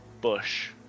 bush